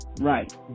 right